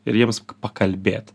ir jiems pakalbėt